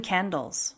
Candles